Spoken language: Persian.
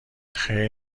خیر